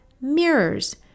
mirrors